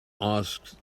asked